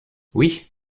oui